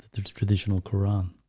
there's a traditional quran